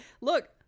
look